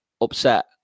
upset